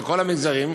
לכל המגזרים.